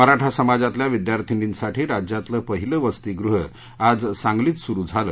मराठा समाजातल्या विद्यार्थिनींसाठी राज्यातलं पहिलं वसतिगृह आज सांगलीत सुरू झालं